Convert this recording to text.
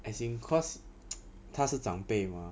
as in cause 她是长辈 mah